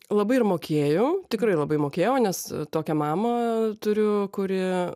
labai ir mokėjau tikrai labai mokėjau nes tokią mamą turiu kuri